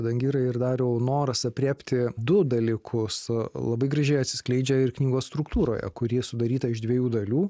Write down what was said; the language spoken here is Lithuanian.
dangirai ir dariau noras aprėpti du dalykus labai gražiai atsiskleidžia ir knygos struktūroje kuri sudaryta iš dviejų dalių